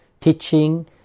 teaching